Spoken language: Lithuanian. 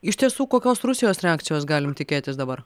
iš tiesų kokios rusijos reakcijos galim tikėtis dabar